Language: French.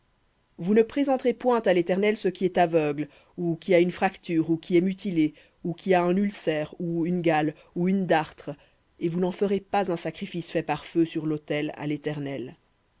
vous ne présenterez point à l'éternel ce qui est aveugle ou qui a une fracture ou qui est mutilé ou qui a des ulcères ou une gale ou une dartre et vous n'en ferez pas un sacrifice fait par feu sur l'autel à l'éternel